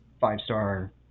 five-star